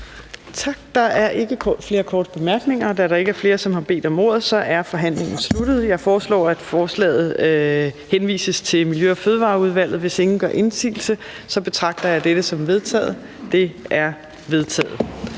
Tak. Der er ikke flere korte bemærkninger. Da der ikke er flere, som har bedt om ordet, er forhandlingen sluttet. Jeg foreslår, at forslaget til folketingsbeslutning henvises til Miljø- og Fødevareudvalget. Hvis ingen gør indsigelse, betragter jeg dette som vedtaget. Det er vedtaget.